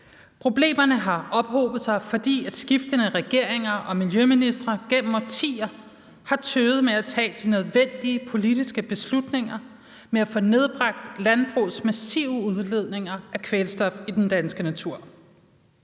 Problemerne har ophobet sig, fordi skiftende regeringer og miljøministre gennem årtier har tøvet med at tage de nødvendige politiske beslutninger om at få nedbragt landbrugets massive udledninger af kvælstof i den danske natur.